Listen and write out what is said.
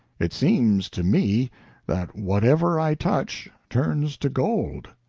it seems to me that whatever i touch turns to gold.